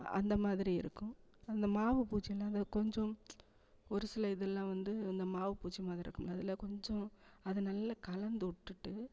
அந்தமாதிரி இருக்கும் அந்த மாவு பூச்சியெலாம் இந்த கொஞ்சம் ஒரு சில இதெல்லாம் வந்து இந்த மாவு பூச்சி மாதிரி இருக்கும்லை அதில் கொஞ்சம் அதை நல்ல கலந்து விட்டுட்டு